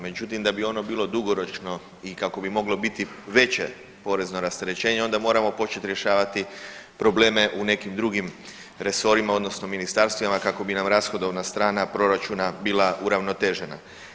Međutim, da bi ono bilo dugoročno i kako bi moglo biti veće porezno rasterećenje onda moramo početi rješavati probleme u nekim drugim resorima odnosno ministarstvima kako bi nam rashodovna strana proračuna bila uravnotežena.